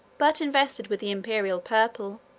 but invested with the imperial purple,